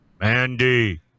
Mandy